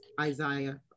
Isaiah